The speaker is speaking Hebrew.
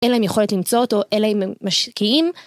אין להם יכולת למצוא אותו אלא אם הם משקיעים.